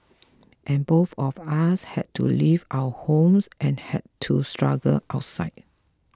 and both of us had to leave our homes and had to struggle outside